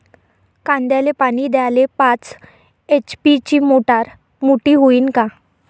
कांद्याले पानी द्याले पाच एच.पी ची मोटार मोटी व्हईन का?